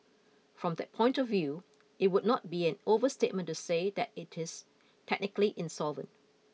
from that point of view it would not be an overstatement to say that it is technically insolvent